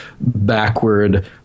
backward